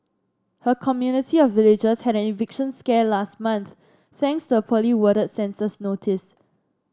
her community of villagers had an eviction scare last month thanks to a poorly worded census notice